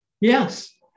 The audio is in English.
Yes